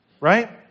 right